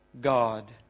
God